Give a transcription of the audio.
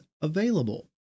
available